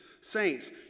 Saints